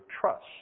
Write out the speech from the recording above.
trust